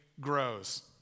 grows